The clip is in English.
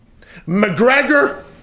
McGregor